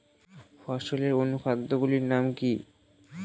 ফসলের অনুখাদ্য গুলির নাম কি?